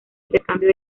intercambio